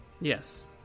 Yes